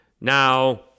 Now